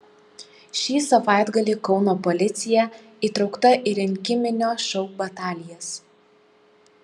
šį savaitgalį kauno policija įtraukta į rinkiminio šou batalijas